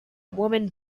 women